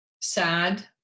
sad